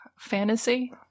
Fantasy